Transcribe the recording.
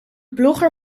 blogger